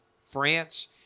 France